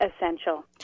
essential